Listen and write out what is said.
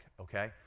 okay